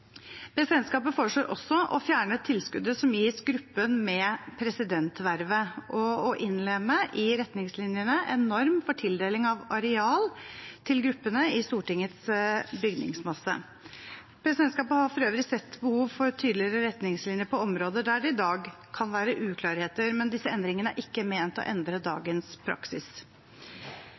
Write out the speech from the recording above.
Presidentskapet foreslår også å fjerne tilskuddet som gis gruppen med presidentvervet, og å innlemme i retningslinjene en norm for tildeling av areal til gruppene i Stortingets bygningsmasse. Presidentskapet har for øvrig sett behov for tydeligere retningslinjer på områder der det i dag kan være uklarheter, men disse endringene er ikke ment å endre dagens praksis.